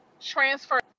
transfer